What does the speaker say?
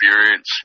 experience